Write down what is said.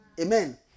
Amen